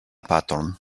patron